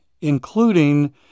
including